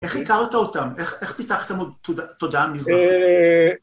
איך הכרת אותם? איך פיתחתם עוד תודעה מזרחית?